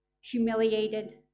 humiliated